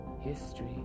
history